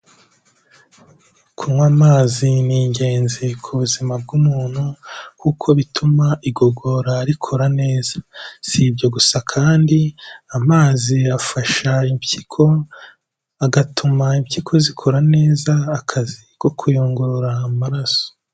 Kunywa amazi ni ingenzi ku buzima bw'umuntu kuko bituma igogora rikora neza. Si ibyo gusa kandi, amazi afasha impyiko, agatuma impyiko zikora neza akazi ko kuyungurura amaraso.